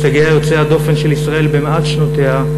הישגיה יוצאי הדופן של ישראל במעט שנותיה,